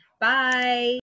bye